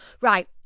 right